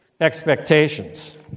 expectations